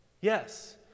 yes